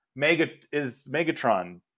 Megatron